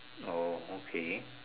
oh okay